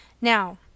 Now